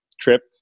trip